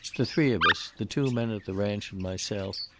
the three of us, the two men at the ranch and myself,